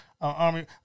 army